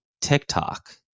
TikTok